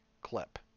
clip